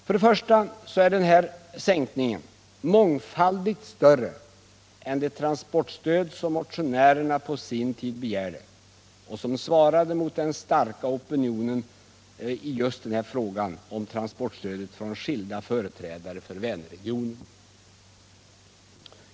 Den i propositionen föreslagna sänkningen är mångfaldigt större än det transportstöd som motionärerna på sin tid begärde — och som svarade mot krav från den starka opinionen i just den här frågan om transportstödet bland skilda företrädare för Vänerregionen.